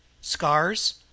Scars